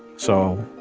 so,